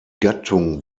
gattung